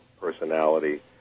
personality